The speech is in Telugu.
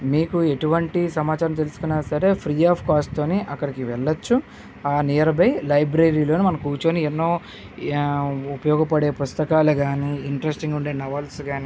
మీకు ఎటువంటి సమాచారం తెలుసుకున్నా సరే ఫ్రీ ఆఫ్ కాస్ట్ తోని అక్కడికి వెళ్ళచ్చు ఆ నియర్బై లైబ్రరీలోనే మనం కూర్చుని ఎన్నో ఉపయోగపడే పుస్తకాలు కానీ ఇంటరెస్టింగ్ ఉండే నోవెల్స్ కానీ